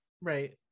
Right